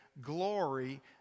glory